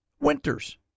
winters